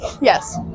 Yes